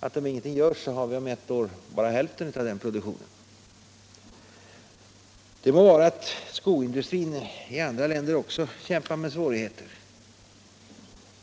att vi, om ingenting görs, om ett år bara har hälften av den produktionen. Det må vara att skoindustrin också i andra länder kämpar mot svårigheter.